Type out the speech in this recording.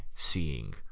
seeing